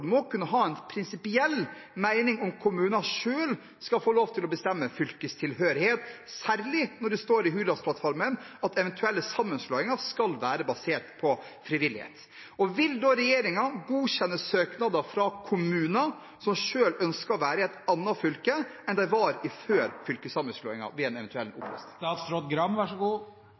må kunne ha en prinsipiell mening om kommuner selv skal få lov til å bestemme fylkestilhørighet, særlig når det står i Hurdalsplattformen at eventuelle sammenslåinger skal være basert på frivillighet. Vil regjeringen godkjenne søknader fra kommuner som selv ønsker å være i et annet fylke enn de var i før fylkessammenslåingen, ved en eventuell